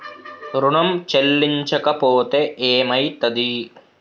ఋణం చెల్లించకపోతే ఏమయితది?